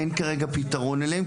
אין כרגע פתרון אליהם,